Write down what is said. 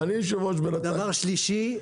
דבר שלישי,